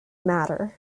matter